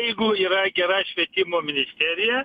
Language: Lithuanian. jeigu yra gera švietimo ministerija